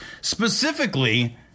Specifically